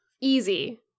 easy